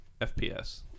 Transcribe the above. FPS